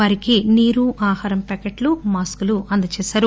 వారికి నీరు ఆహారం ప్యాకెట్లు మాస్కులు అందచేశారు